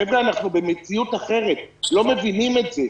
חבר'ה, אנחנו במציאות אחרת, לא מבינים את זה.